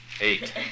Eight